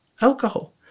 Alcohol